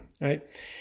right